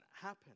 happen